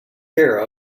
care